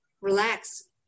relax